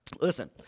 Listen